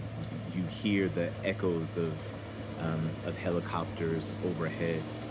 you hear the echoes of um of helicopters overhead.